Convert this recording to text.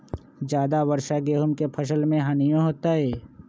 ज्यादा वर्षा गेंहू के फसल मे हानियों होतेई?